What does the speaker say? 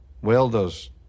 welders